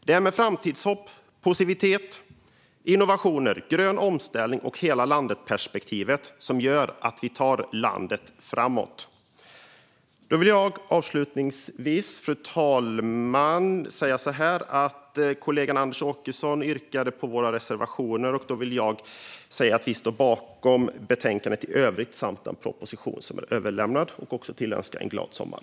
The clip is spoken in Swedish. Det är med framtidshopp, positivitet, innovationer, grön omställning och hela landet-perspektivet som vi tar landet framåt. Jag vill avslutningsvis, fru talman, säga att kollegan Anders Åkesson yrkade bifall till våra reservationer, och jag vill säga att vi står bakom förslaget i betänkandet i övrigt samt den proposition som är överlämnad. Jag vill också önska en glad sommar.